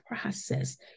process